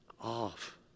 off